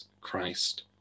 Christ